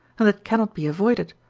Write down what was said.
and that cannot be avoided,